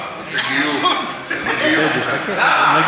הבאתי לך רמב"ם.